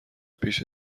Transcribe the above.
پیش